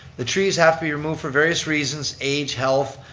the trees have to be removed for various reason, age, health,